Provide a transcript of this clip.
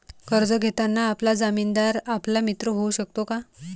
कर्ज घेताना आपला जामीनदार आपला मित्र होऊ शकतो का?